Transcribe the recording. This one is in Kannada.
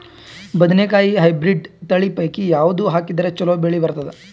ಬದನೆಕಾಯಿ ಹೈಬ್ರಿಡ್ ತಳಿ ಪೈಕಿ ಯಾವದು ಹಾಕಿದರ ಚಲೋ ಬೆಳಿ ಬರತದ?